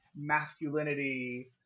Masculinity